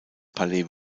palais